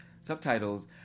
subtitles